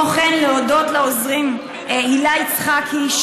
וכן להודות לעוזרים הילה יצחקי,